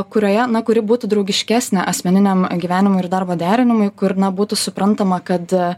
kurioje na kuri būtų draugiškesnė asmeniniam gyvenimui ir darbo derinimui kur na būtų suprantama kad